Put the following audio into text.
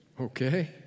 Okay